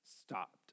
stopped